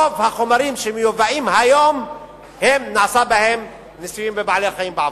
רוב החומרים שמיובאים היום נעשו אתם ניסויים בבעלי-חיים בעבר.